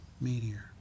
meteor